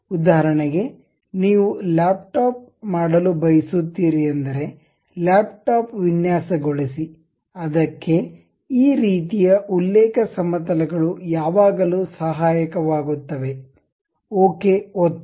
ಉದಾಹರಣೆಗೆ ನೀವು ಲ್ಯಾಪ್ಟಾಪ್ ಮಾಡಲು ಬಯಸುತ್ತೀರಿ ಎಂದರೆ ಲ್ಯಾಪ್ಟಾಪ್ ವಿನ್ಯಾಸಗೊಳಿಸಿ ಅದಕ್ಕೆ ಈ ರೀತಿಯ ಉಲ್ಲೇಖ ಸಮತಲಗಳು ಯಾವಾಗಲೂ ಸಹಾಯಕವಾಗುತ್ತವೆ ಓಕೆ ಒತ್ತಿ